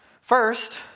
First